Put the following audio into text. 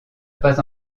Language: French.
pas